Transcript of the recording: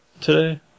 Today